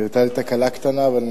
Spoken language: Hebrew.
היתה לי תקלה קטנה ואני